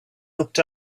looked